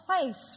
place